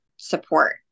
support